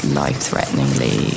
life-threateningly